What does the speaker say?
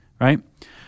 right